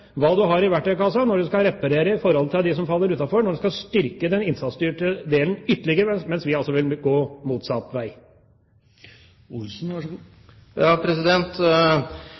hva han har i verktøykassa når han skal reparere i forhold til dem som faller utenfor, når han skal styrke den innsatsstyrte delen ytterligere – mens vi altså vil gå motsatt vei.